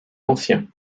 ancien